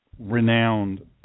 renowned